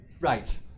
Right